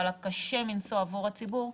אבל הקשה מנשוא עבור הציבור,